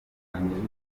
atandukanye